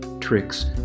tricks